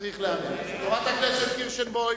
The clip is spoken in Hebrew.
חברת הכנסת קירשנבאום,